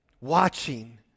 Watching